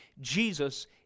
Jesus